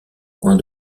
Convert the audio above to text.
coin